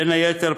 בין היתר,